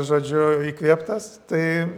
žodžiu įkvėptas tai